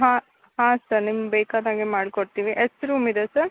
ಹಾಂ ಹಾಂ ಸರ್ ನಿಮ್ಮ ಬೇಕಾದಾಗೆ ಮಾಡಿ ಕೊಡ್ತಿವಿ ಎಷ್ಟು ರೂಮ್ ಇದೆ ಸರ್